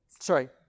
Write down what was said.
Sorry